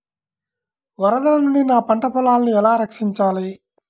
వరదల నుండి నా పంట పొలాలని ఎలా రక్షించాలి?